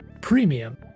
premium